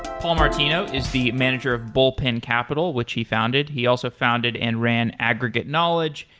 paul martino is the manager of bullpen capital, which he founded. he also founded and ran aggregate knowledge,